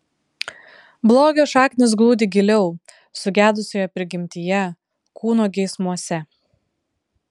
blogio šaknys glūdi giliau sugedusioje prigimtyje kūno geismuose